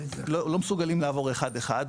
לא מסוגלים לעבור אחד אחד,